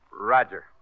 Roger